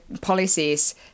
policies